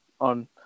on